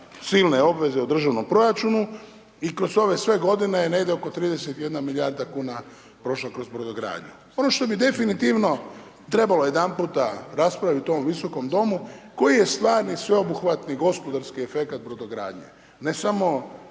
silne obveze u državnom proračunu i kroz ove sve godine, negdje oko 31 milijarda kuna prošla kroz brodogradnju. Ono što bi definitivno trebalo jedanputa raspraviti u ovom visokom domu, koji je stvarni sve obuhvati gospodarski efekat brodogradnje, ne samo